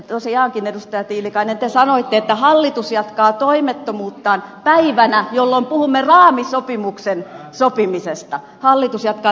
tosiaankin edustaja tiilikainen te sanoitte että hallitus jatkaa toimettomuuttaan päivänä jolloin puhumme raamisopimuksen sopimisesta hallitus jatkaa toimettomuuttaan